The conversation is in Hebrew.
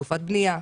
לתקופת בנייה.